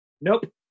Nope